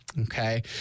Okay